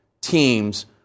teams